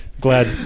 glad